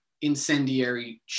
incendiary